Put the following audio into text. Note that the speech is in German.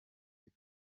mit